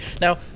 now